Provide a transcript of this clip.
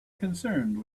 concerned